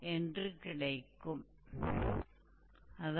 तो अब